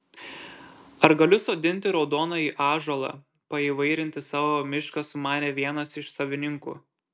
ar galiu sodinti raudonąjį ąžuolą paįvairinti savo mišką sumanė vienas iš savininkų